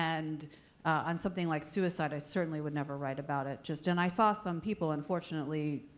and on something like suicide, i certainly would never write about it. just and i saw some people, unfortunately,